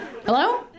Hello